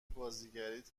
بازیگریت